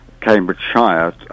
Cambridgeshire